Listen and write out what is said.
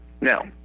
Now